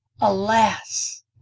alas